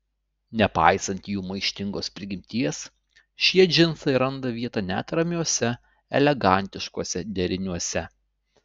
nepaisant jų maištingos prigimties šie džinsai randa vietą net ramiuose elegantiškuose deriniuose